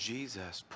Jesus